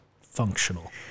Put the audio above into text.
functional